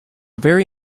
very